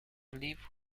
live